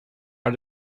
are